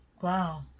Wow